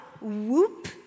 whoop